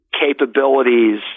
capabilities